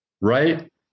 right